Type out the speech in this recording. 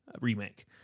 remake